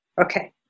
Okay